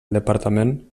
departament